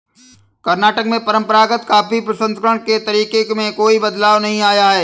कर्नाटक में परंपरागत कॉफी प्रसंस्करण के तरीके में कोई बदलाव नहीं आया है